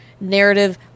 narrative